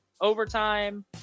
Overtime